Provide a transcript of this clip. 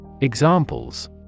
Examples